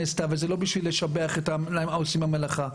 וזה לא נאמר כדי לשבח את העושים במלאכה.